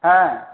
হ্যাঁ